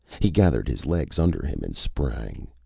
he gathered his legs under him and sprang.